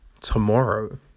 tomorrow